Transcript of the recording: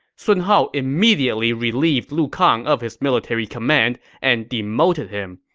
sun hao immediately relieved lu kang of his military command and demoted him.